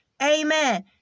Amen